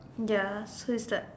ya so it's like